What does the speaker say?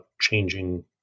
changing